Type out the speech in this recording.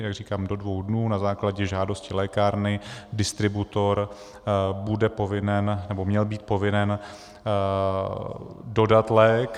Jak říkám, do dvou dnů na základě žádosti lékárny distributor bude povinen, nebo měl být povinen dodat lék.